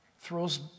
throws